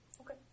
Okay